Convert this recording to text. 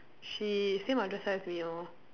she same address as me lor